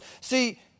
See